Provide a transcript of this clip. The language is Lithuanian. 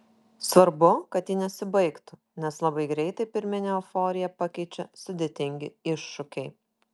svarbu kad ji nesibaigtų nes labai greitai pirminę euforiją pakeičia sudėtingi iššūkiai